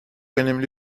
önemli